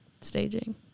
staging